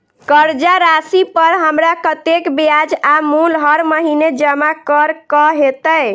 कर्जा राशि पर हमरा कत्तेक ब्याज आ मूल हर महीने जमा करऽ कऽ हेतै?